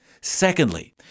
Secondly